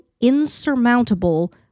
insurmountable